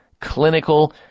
clinical